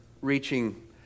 reaching